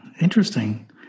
Interesting